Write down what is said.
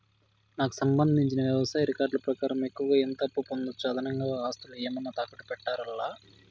నాకు సంబంధించిన వ్యవసాయ రికార్డులు ప్రకారం ఎక్కువగా ఎంత అప్పు పొందొచ్చు, అదనంగా ఆస్తులు ఏమన్నా తాకట్టు పెట్టాలా?